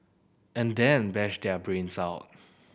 and then bash their brains out